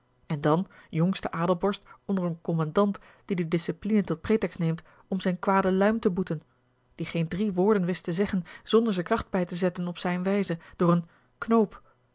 en dan jongste adelborst onder een commandant die de discipline tot pretext neemt om zjjn kwade luim te boeten die geen drie woorden wist te zeggen zonder ze kracht bij te zetten op zijne wijze door een knoop